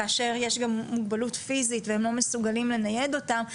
כאשר יש גם מוגבלות פיזית והם לא מסוגלים לנייד אותם,